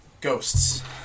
Ghosts